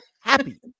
happy